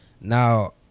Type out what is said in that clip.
now